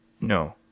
No